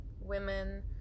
women